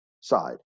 side